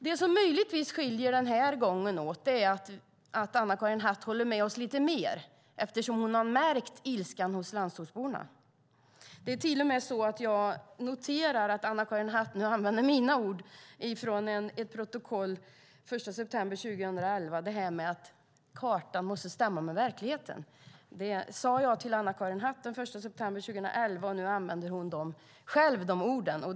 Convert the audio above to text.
Det som möjligtvis gör att den här gången skiljer ut sig är att Anna-Karin Hatt håller med oss lite mer eftersom hon har märkt ilskan hos landsortsborna. Det är till och med så att jag noterar att Anna-Karin Hatt använder mina ord från ett protokoll den 1 september 2011, nämligen att kartan måste stämma med verkligheten. Det sade jag till Anna-Karin Hatt den 1 september 2011, och nu hon använder hon de orden själv.